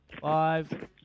Five